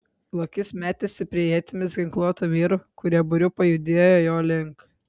lokys metėsi prie ietimis ginkluotų vyrų kurie būriu pajudėjo jo link